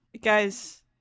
Guys